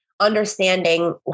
understanding